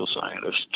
scientist